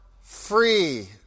free